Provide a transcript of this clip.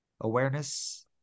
Awareness